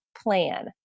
plan